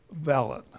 valid